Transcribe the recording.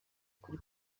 kuri